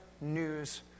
news